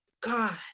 God